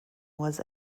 was